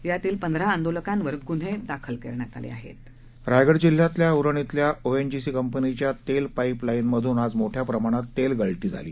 यातील पंधरा आंदोलकांवर गुन्हद्विखल कल्विआहस रायगड जिल्ह्यातल्या उरण इथल्या ओएनजीसी कंपनीच्या तल्तीपाईप लाईन मधून आज मोठ्या प्रमाणात तल्तीगळती झाली